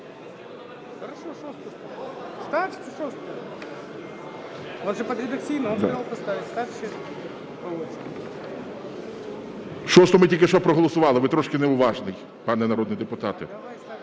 6-у ми тільки що проголосувати. Ви трошки неуважний, пане народний депутате.